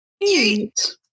Eight